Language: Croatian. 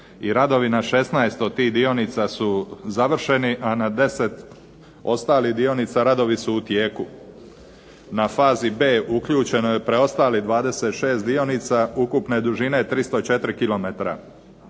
i radovi na 16 od tih dionica su završeni, a na 10 ostalih dionica radovi su u tijeku. Na fazi B uključeno je preostalih 26 dionica ukupne dužine 304 km.